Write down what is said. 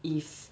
if